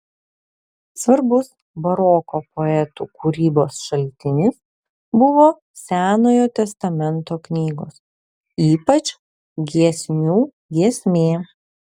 svarbus baroko poetų kūrybos šaltinis buvo senojo testamento knygos ypač giesmių giesmė